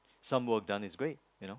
some work done is great you know